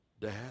Dad